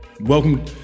Welcome